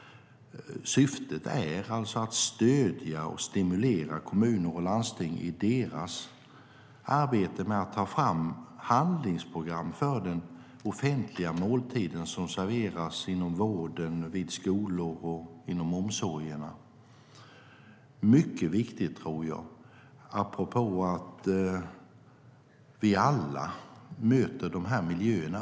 Syftet är att stödja och stimulera kommuner och landsting i deras arbete med att ta fram handlingsprogram för de offentliga måltider som serveras inom vård, skola och omsorg. Jag tror att detta är mycket viktigt apropå att vi alla möter dessa miljöer.